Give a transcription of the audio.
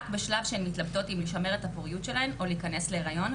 בשלב שהן מתלבטות אם לשמר את הפוריות שלהן או להיכנס להריון,